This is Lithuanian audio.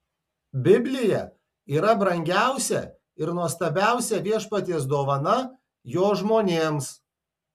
biblija yra brangiausia ir nuostabiausia viešpaties dovana jo žmonėms